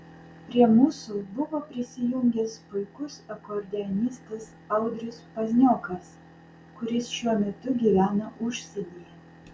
prie mūsų buvo prisijungęs puikus akordeonistas audrius pazniokas kuris šiuo metu gyvena užsienyje